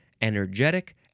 energetic